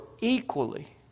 equally